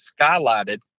skylighted